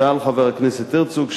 שאל חבר הכנסת הרצוג,